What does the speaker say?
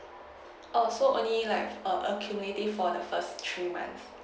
oh so only like err accumulating for the first three months